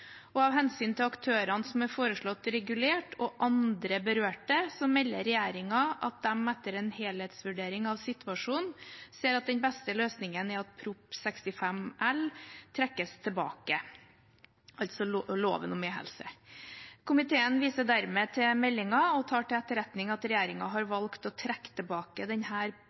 vedtatt. Av hensyn til aktørene som er foreslått regulert, og andre berørte, melder regjeringen at de etter en helhetsvurdering av situasjonen ser at den beste løsningen er at Prop. 65 L for 2019–2020 Lov om e-helse trekkes tilbake. Komiteen viser dermed til meldingen og tar til etterretning at regjeringen har valgt å trekke tilbake